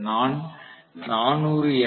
நான் 400 எம்